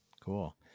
Cool